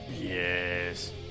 Yes